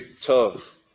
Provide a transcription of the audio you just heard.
tough